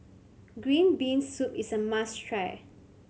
green bean soup is a must try